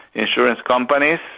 insurance companies.